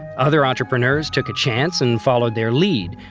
other entrepreneurs took a chance and followed their lead,